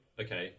okay